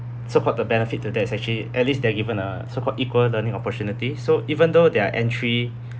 support the benefit to that is actually at least they're given a so-called equal learning opportunity so even though their entry